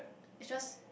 it's just